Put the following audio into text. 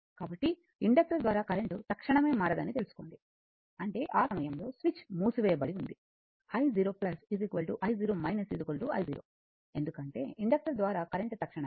కాబట్టి ఇండక్టర్ ద్వారా కరెంట్ తక్షణమే మారదని తెలుసుకోండి అంటే ఆ సమయంలో స్విచ్ మూసి వేయబడి ఉంది i0 i0 i0 ఎందుకంటే ఇండక్టర్ ద్వారా కరెంట్ తక్షణమే మారదు